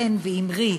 חן ואימרי,